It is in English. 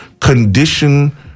condition